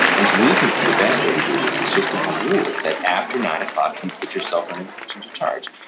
and we think that the best way to do this is just to have rules that after nine o'clock you put your cell phone in the kitchen to charge.